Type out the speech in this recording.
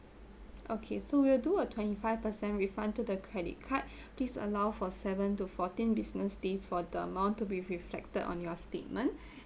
okay so we will do a twenty five percent refund to the credit card please allow for seven to fourteen business days for the amount to be reflected on your statement